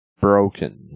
Broken